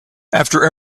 after